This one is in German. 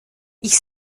ich